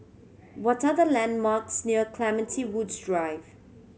what are the landmarks near Clementi Woods Drive